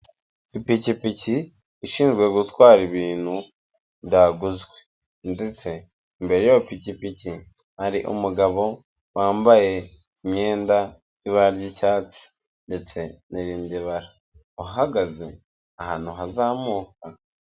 Ipikipiki ishinzwe gutwara ibintu byaguzwe, ndetse imbere y'iyo pikipiki hari umugabo wambaye imyenda y'ibara ry'icyatsi ndetse n'irindi bara uhagaze ahantu hazamuka.